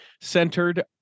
centered